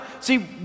See